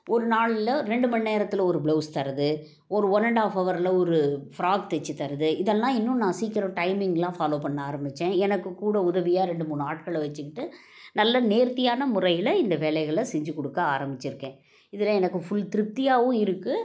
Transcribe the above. ஒரு நாளில் ரெண்டு மணி நேரத்தில் ஒரு ப்ளவுஸ் தர்றது ஒரு ஒன் அண்ட் ஹாஃப் ஹவரில் ஒரு ஃப்ராக் தைச்சித் தர்றது இதெல்லாம் இன்னும் நான் சீக்கிரம் டைமிங்லாம் ஃபாலோ பண்ண ஆரம்பிச்சேன் எனக்குக் கூட உதவியாக ரெண்டு மூணு ஆட்களை வச்சிக்கிட்டு நல்ல நேர்த்தியான முறையில் இந்த வேலைகளை செஞ்சு கொடுக்க ஆரம்பிச்சுருக்கேன் இதில் எனக்கு ஃபுல் திருப்தியாகவும் இருக்குது